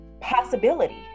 possibility